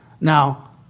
Now